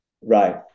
Right